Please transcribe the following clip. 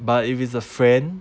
but if it's a friend